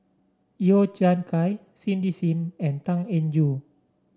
Yeo Chai Kian Cindy Sim and Tan Eng Joo